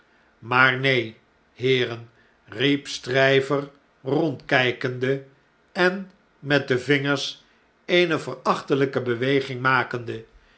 maar neen heeren riep stryver rondkpende en met de vingers eene verachtelijke beweging makende